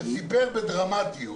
שסיפר בדרמטיות